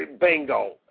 Bingo